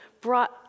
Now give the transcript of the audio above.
brought